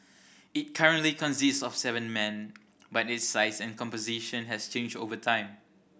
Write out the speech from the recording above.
it currently consists of seven men but its size and composition has changed over time